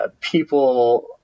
people